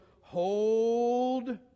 Hold